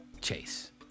Chase